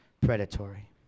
predatory